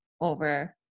over